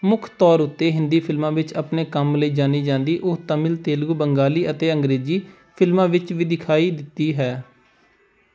ਮੁੱਖ ਤੌਰ ਉੱਤੇ ਹਿੰਦੀ ਫਿਲਮਾਂ ਵਿੱਚ ਆਪਣੇ ਕੰਮ ਲਈ ਜਾਣੀ ਜਾਂਦੀ ਉਹ ਤਮਿਲ ਤੇਲਗੂ ਬੰਗਾਲੀ ਅਤੇ ਅੰਗਰੇਜ਼ੀ ਫਿਲਮਾਂ ਵਿੱਚ ਵੀ ਦਿਖਾਈ ਦਿੱਤੀ ਹੈ